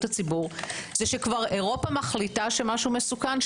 הציבור זה שאירופה מחליטה שמשהו מסוכן,